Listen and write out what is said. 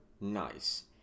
nice